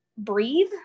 breathe